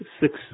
six